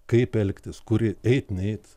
kaip elgtis kur eit neit